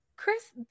Chris